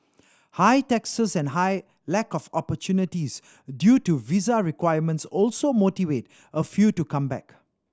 high taxes and high lack of opportunities due to visa requirements also motivate a few to come back